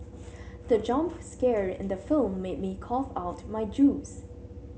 the jump scare in the film made me cough out my juice